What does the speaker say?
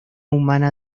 humana